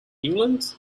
england